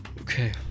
okay